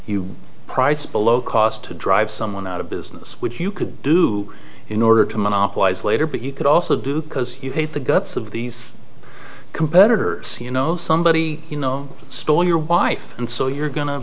you price below cost to drive someone out of business which you could do in order to monopolize later but he could also do because you hate the guts of these competitor see you know somebody you know stole your wife and so you're go